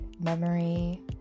memory